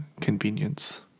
convenience